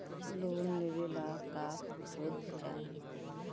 Loan लेवे ला का पुर्फ चाही?